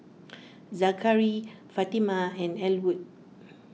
Zakary Fatima and Elwood